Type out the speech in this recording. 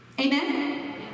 Amen